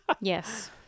Yes